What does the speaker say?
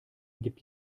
gibt